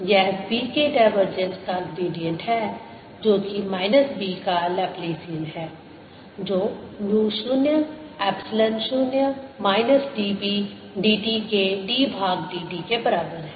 यह B के divergence का ग्रेडिएंट है जो कि 0 माइनस B का लेप्लेसियन है जो mu 0 epsilon 0 minus dB dt के d भाग dt के बराबर है